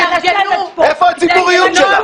איפה הציבוריות שלך?